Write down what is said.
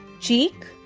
Cheek